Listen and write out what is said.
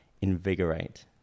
invigorate